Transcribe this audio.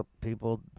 people